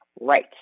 Right